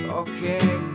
okay